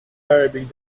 arabic